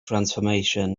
transformation